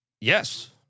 yes